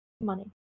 money